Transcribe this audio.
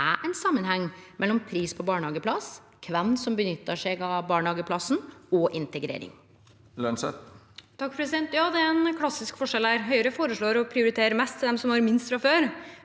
det er ein samanheng mellom pris på barnehageplass, kven som nyttar seg av barnehageplassen, og integrering? Mari Holm Lønseth (H) Ja, det er en klassisk forskjell her. Høyre foreslår å prioritere mest til dem som har minst fra før,